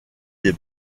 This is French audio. des